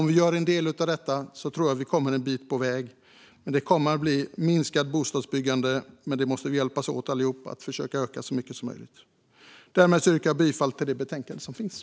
Om vi gör en del av detta tror jag att vi kommer en bit på vägen. Bostadsbyggandet kommer att minska, men vi måste alla hjälpas åt för att försöka öka det så mycket som möjligt. Jag yrkar bifall till förslaget i betänkandet.